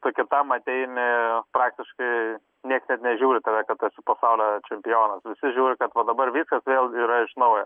tu kitam ateini praktiškai nieks net nežiūri į tave kad esi pasaulio čempionas visi žiūri kad va dabar viskas vėl yra iš naujo